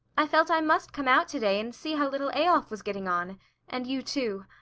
i felt i must come out to-day, and see how little eyolf was getting on and you too.